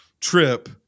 trip